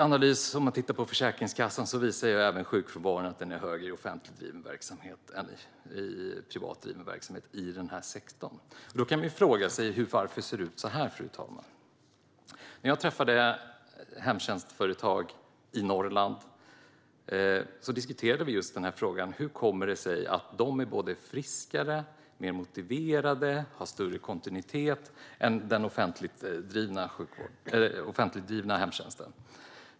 Analyser av Försäkringskassan visar även att sjukfrånvaron var högre i offentligt driven verksamhet än i privat driven verksamhet under 2016. Man kan fråga sig varför det ser ut så här, fru talman. När jag besökte hemtjänstföretag i Norrland diskuterade vi just den här frågan. Hur kommer det sig att de är både friskare och mer motiverade och har större kontinuitet än den offentligt drivna hemtjänsten?